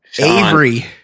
avery